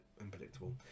unpredictable